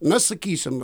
na sakysim